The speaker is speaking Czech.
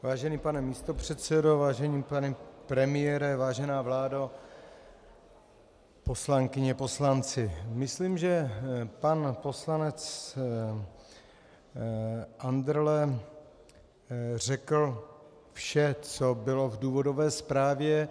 Vážený pane místopředsedo, vážený pane premiére, vážená vládo, poslankyně, poslanci, myslím, že pan poslanec Andrle řekl vše, co bylo v důvodové zprávě.